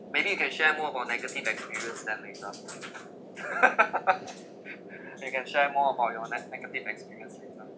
maybe you can share more about negative experience them later you can share more about your ne~ negative experience later